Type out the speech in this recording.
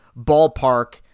Ballpark